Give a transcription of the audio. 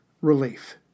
relief